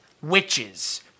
witches